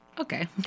okay